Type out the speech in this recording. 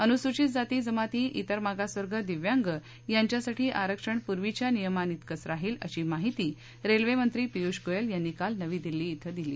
अनुसूचित जाती जमाती विंग िंतर मागासवर्ग दिव्यांग यांच्यासाठी आरक्षण पूर्वीच्या नियमां तिकेच राहीलं अशी माहिती रेल्वेमंत्री पियुष गोयल यांनी काल नवी दिल्ली धिं दिली